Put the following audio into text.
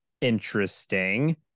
interesting